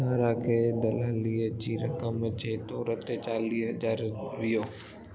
सारा खे दलालीअ जी रक़म जे तोरु ते चालीह हज़ार वियो